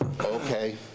Okay